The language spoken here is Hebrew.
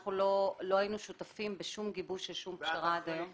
אנחנו לא היינו שותפים בשום גיבוש של שום פשרה עד היום.